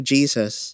Jesus